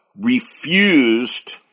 refused